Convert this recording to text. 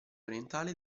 orientale